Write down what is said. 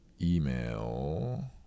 email